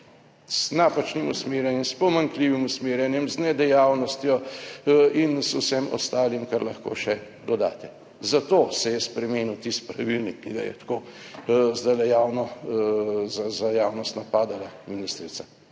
Z napačnim usmerjanjem, s pomanjkljivim usmerjanjem, z nedejavnostjo in z vsem ostalim, kar lahko še dodate. Zato se je spremenil tisti pravilnik, ki ga je tako zdajle javno za javnost napadala ministrica.